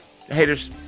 Haters